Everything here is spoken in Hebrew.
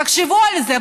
תחשבו על זה.